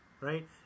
right